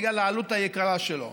בגלל העלות היקרה שלו?